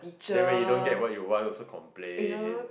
then when you don't get what you want also complain